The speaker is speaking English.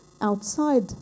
outside